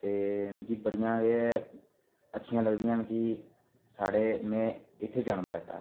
ते मिगी बड़ियां गै अच्छियां लगदियां न कि साढ़े में इत्थै जनम लैता